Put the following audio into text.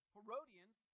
Herodians